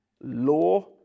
law